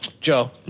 Joe